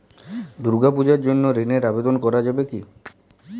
দুর্গাপূজার জন্য ঋণের আবেদন করা যাবে কি?